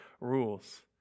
rules